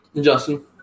Justin